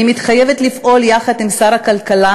אני מתחייבת לפעול יחד עם שר הכלכלה,